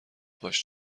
باش